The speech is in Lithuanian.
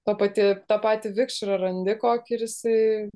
ta pati tą patį vikšrą randi kokį ir jisai